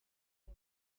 den